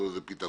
אבל